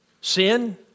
Sin